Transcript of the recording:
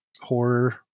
horror